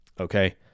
Okay